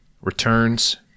returns